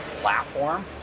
platform